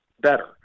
better